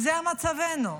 זה מצבנו.